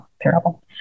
terrible